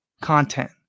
content